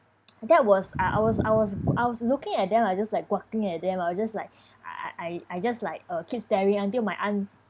that was I was I was I was looking at them I'm just like gawking at them I was just like I I just like uh keep staring until my aunt